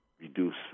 reduce